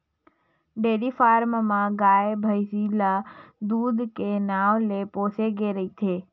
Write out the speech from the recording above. dairy farm म गाय, भइसी ल दूद के नांव ले पोसे गे रहिथे